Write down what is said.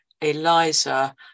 Eliza